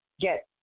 get